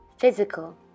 Physical